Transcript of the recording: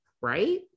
right